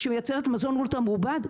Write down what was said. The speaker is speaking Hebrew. שמייצרת מזון אולטרה מעובד?